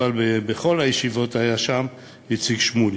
אבל בכל הישיבות היה שם, איציק שמולי.